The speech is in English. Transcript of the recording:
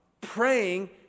praying